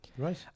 Right